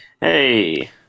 Hey